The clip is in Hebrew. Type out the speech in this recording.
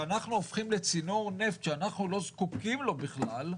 שאנחנו הופכים לצינור נפט שאנחנו לא זקוקים לו בכלל,